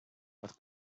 but